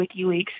WikiLeaks